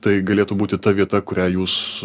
tai galėtų būti ta vieta kurią jūs